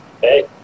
Hey